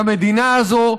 למדינה הזאת,